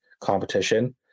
competition